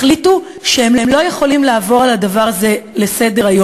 החליטו שהם לא יכולים לעבור על הדבר הזה לסדר-היום.